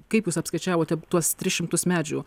kaip jūs apskaičiavote tuos tris šimtus medžių